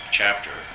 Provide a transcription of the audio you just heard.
chapter